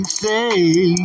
say